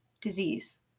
disease